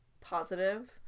positive